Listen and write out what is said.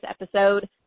episode